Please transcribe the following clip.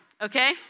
okay